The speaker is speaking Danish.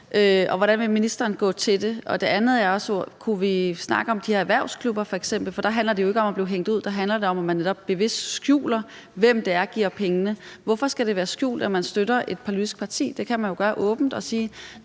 og hvordan ministeren vil gå til det. Det andet er, om vi kunne snakke om f.eks. de her erhvervsklubber, for der handler det jo ikke om at blive hængt ud. Der handler det om, at man netop bevidst skjuler, hvem der giver pengene. Hvorfor skal det være skjult, at man støtter et politisk parti? Det kan man jo gøre åbent og sige: